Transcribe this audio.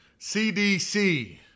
CDC